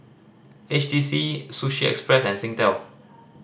H T C Sushi Express and Singtel